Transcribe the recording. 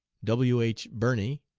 w. h. birny,